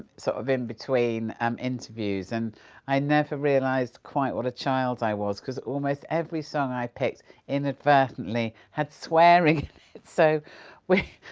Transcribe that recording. so of in between um interviews, and i never realised quite what a child i was because almost every song i picked inadvertently had swearing so we,